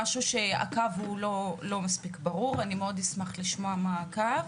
הקו לא מספיק ברור לי ואשמח מאוד לשמוע מה הקו?